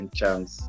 chance